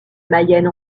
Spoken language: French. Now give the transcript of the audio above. mayenne